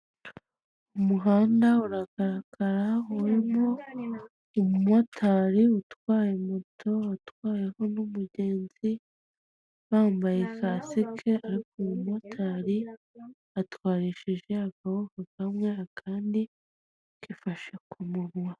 Umuhanda uragaragara urimo umumotari utwaye moto, utwayeho n'umugenzi bambaye kasike ariko umumotari atwarishije akaboko kamwe akandi kifashe ku munwa.